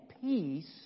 peace